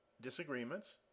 disagreements